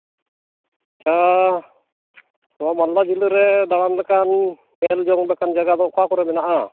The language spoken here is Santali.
ᱦᱮᱸ ᱱᱚᱣᱟ ᱢᱟᱞᱫᱟ ᱡᱤᱞᱟᱹᱨᱮ ᱫᱟᱬᱟᱱ ᱞᱮᱠᱟᱱ ᱧᱮᱞ ᱡᱚᱝ ᱞᱮᱠᱟᱱ ᱡᱟᱭᱜᱟ ᱫᱚ ᱚᱠᱟ ᱠᱚᱨᱮ ᱢᱮᱱᱟᱜᱼᱟ